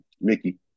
Mickey